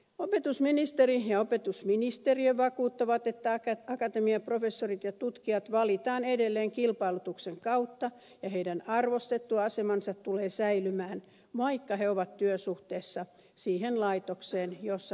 opetusministeri ja opetusministeriö vakuuttavat että akatemiaprofessorit ja tutkijat valitaan edelleen kilpailutuksen kautta ja heidän arvostettu asemansa tulee säilymään vaikka he ovat työsuhteessa siihen laitokseen jossa tutkivat